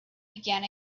began